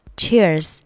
cheers